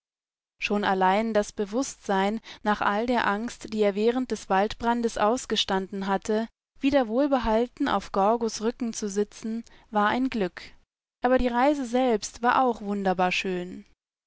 schon allein das bewußtsein nach all der angst die er während des waldbrandesausgestandenhatte wiederwohlbehaltenaufgorgosrückenzu sitzen war ein glück aber die reise selbst war auch wunderbar schön